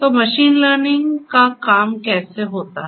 तो machine learning का काम कैसे होता है